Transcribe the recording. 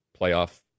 playoff